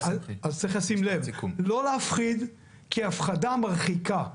אז צריך לשים לב, לא להפחיד, כי הפחדה מרחיקה.